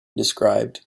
described